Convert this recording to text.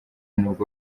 nubwo